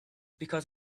because